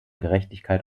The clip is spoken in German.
gerechtigkeit